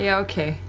yeah okay.